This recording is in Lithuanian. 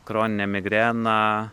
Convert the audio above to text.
kroninė migrena